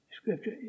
Scripture